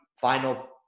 final